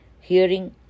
hearing